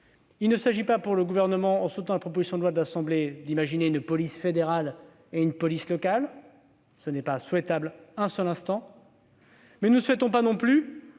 Il ne s'agit pas pour le Gouvernement, en soutenant la proposition de loi de l'Assemblée nationale, d'imaginer une police fédérale et une police locale. Ce n'est pas souhaitable un seul instant, mais nous ne souhaitons pas non plus